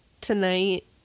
tonight